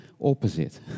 opposite